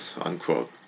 unquote